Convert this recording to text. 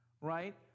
right